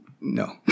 No